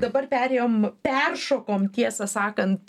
dabar perėjom peršokom tiesą sakant